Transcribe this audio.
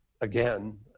again